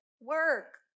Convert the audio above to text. Work